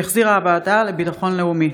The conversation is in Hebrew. שהחזירה הוועדה לביטחון לאומי.